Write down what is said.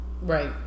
Right